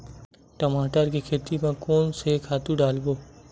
टमाटर के खेती कोन से खातु डारबो?